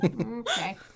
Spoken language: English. Okay